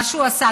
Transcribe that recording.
מה שהוא עשה,